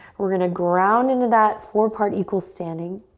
we're gonna ground into that four part equal standing,